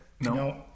No